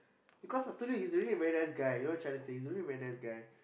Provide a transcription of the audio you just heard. because I told you he is really a very nice guy you all tryna say he's really very nice guy